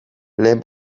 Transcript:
lehen